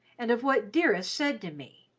and of what dearest said to me.